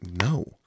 no